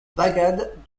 bagad